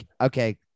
okay